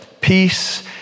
peace